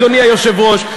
אדוני היושב-ראש,